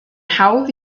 hawdd